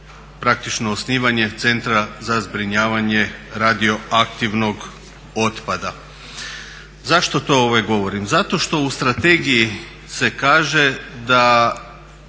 praktično osnivanje Centra za zbrinjavanje radioaktivnog otpada. Zašto to govorim? Zato što u strategiji se kaže da